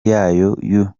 yayo